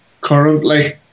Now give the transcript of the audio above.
currently